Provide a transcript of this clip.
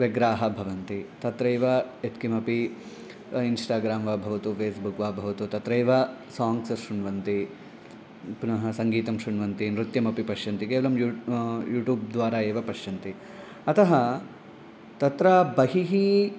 व्यग्राः भवन्ति तत्रैव यत्किमपि इन्स्टाग्रां वा भवतु फ़ेस्बुक् वा भवतु तत्रैव साङ्ग्स् शृण्वन्ति पुनः सङ्गीतं शृण्वन्ति नृत्यमपि पश्यन्ति केवलं यू यूटूब्द्वारा एव पश्यन्ति अतः तत्र बहिः